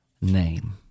name